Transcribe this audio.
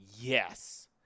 Yes